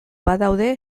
badaude